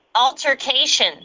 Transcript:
altercation